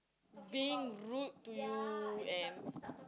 being rude to you and